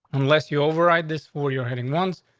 unless you override this for your heading ones,